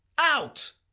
out,